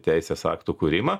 teisės aktų kūrimą